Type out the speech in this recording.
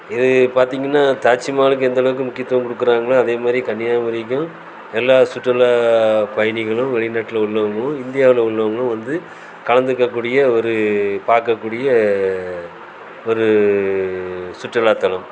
இது பார்த்தீங்கன்னா தாஜ்மஹாலுக்கு எந்தளவுக்கு முக்கியத்துவம் கொடுக்குறாங்களோ அதேமாதிரி கன்னியாகுமரிக்கும் எல்லா சுற்றுலாப் பயணிகளும் வெளிநாட்டில் உள்ளவங்களும் இந்தியாவில் உள்ளவங்களும் வந்து கலந்துக்கக்கூடிய ஒரு பார்க்கக்கூடிய ஒரு சுற்றுலாத்தலம்